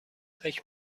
فکر